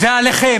עליכם.